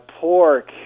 pork